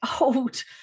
old